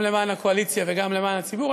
גם למען הקואליציה וגם למען הציבור,